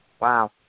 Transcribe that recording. Wow